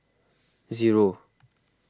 zero